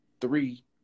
three